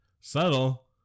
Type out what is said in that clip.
subtle